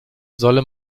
solle